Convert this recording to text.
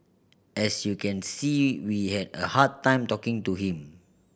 as you can see we had a hard time talking to him